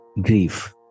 grief